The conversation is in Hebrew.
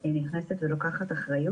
שמטפלת בנשים מההיריון ועד גיל חמש,